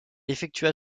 effectua